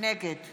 נגד